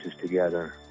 together